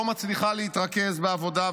לא מצליחה להתרכז בעבודה,